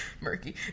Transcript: Murky